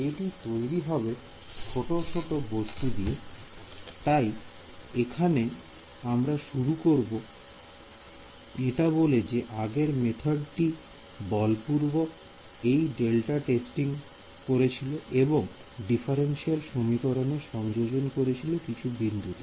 এটি তৈরি হবে ছোট ছোট বস্তু দিয়ে তাই এখন আমরা শুরু করব এটা বলে যে আগের মেথডটি বলপূর্বক এই ডেল্টা টেস্টিং করছিল এবং ডিফারেন্সিয়াল সমীকরণ এর সংযোজন করছিল কিছু বিন্দুতে